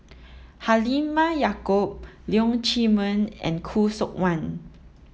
Halimah Yacob Leong Chee Mun and Khoo Seok Wan